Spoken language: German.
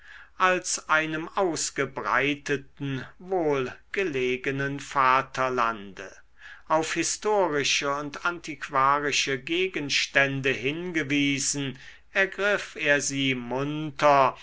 als einem ausgebreiteten wohlgelegenen vaterlande auf historische und antiquarische gegenstände hingewiesen ergriff er sie munter